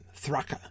Thraka